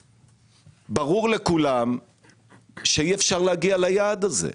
ברור לכולם שאי אפשר להגיע ליעד הזה.